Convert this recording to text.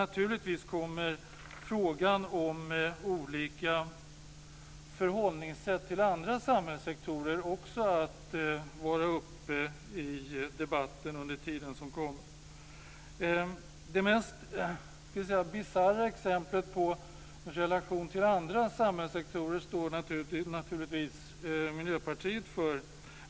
Naturligtvis kommer frågan om olika förhållningssätt till andra samhällssektorer också att vara uppe i debatten under tiden som kommer. Det mest bisarra exemplet på relationen till andra samhällssektorer står Miljöpartiet för.